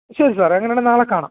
ശരി സാറെ അങ്ങനെ ആണേൽ നാളെ കാണാം